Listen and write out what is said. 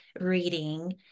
reading